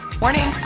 Morning